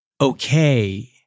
okay